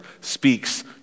speaks